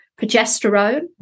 progesterone